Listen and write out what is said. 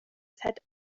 fat